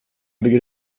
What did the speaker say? bygger